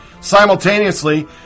Simultaneously